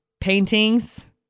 Paintings